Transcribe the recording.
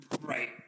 Right